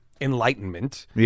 enlightenment